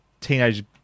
teenage